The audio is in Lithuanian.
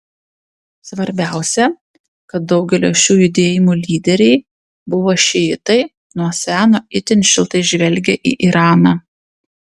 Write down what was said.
svarbiausia kad daugelio šių judėjimų lyderiai buvo šiitai nuo seno itin šiltai žvelgę į iraną